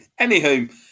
Anywho